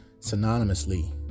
synonymously